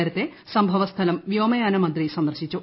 നേരത്തെ സംഭവ സ്ഥലം വ്യോമയാന മന്ത്രി സന്ദർശിച്ചു